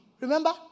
Remember